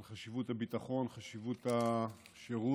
על חשיבות הביטחון, חשיבות השירות